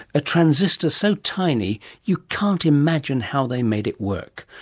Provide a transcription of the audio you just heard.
a transistor so tiny you can't imagine how they made it work.